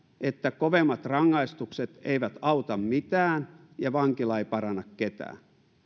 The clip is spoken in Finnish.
että kovemmat rangaistukset eivät auta mitään ja vankila ei paranna ketään